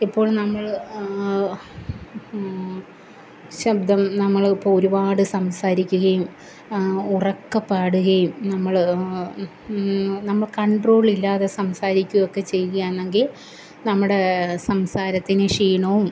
ഇപ്പോൾ നമ്മൾ ശബ്ദം നമ്മളിപ്പോൾ ഒരുപാട് സംസാരിക്കുകയും ഉറക്കെ പാടുകയും നമ്മൾ നമ്മൾ കൺട്രോളില്ലാതെ സംസാരിക്കുകയൊക്കെ ചെയ്യുകയാണെങ്കിൽ നമ്മുടെ സംസാരത്തിന് ക്ഷീണവും